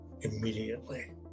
immediately